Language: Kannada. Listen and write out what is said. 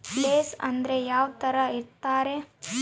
ಪ್ಲೇಸ್ ಅಂದ್ರೆ ಯಾವ್ತರ ಇರ್ತಾರೆ?